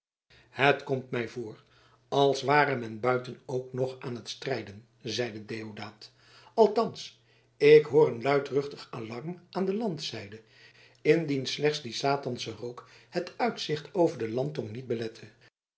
het komt mij voor als ware men buiten ook nog aan het strijden zeide deodaat althans ik hoor een luidruchtig alarm aan de landzijde indien slechts die satansche rook het uitzicht over de landtong niet belette